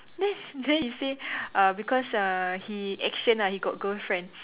then then he say uh because uh he action lah he got girlfriend